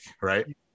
right